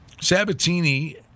Sabatini